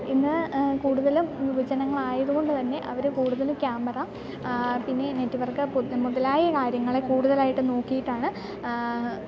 ഇന്ന് കൂടുതലും യുവജനങ്ങളായതു കൊണ്ടു തന്നെ അവർ കൂടുതൽ ക്യാമറ പിന്നെ നെറ്റ് വർക്ക് മുതലായ കാര്യങ്ങളെ കൂടുതലായിട്ടു നോക്കിയിട്ടാണ്